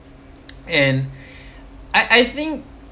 and I I think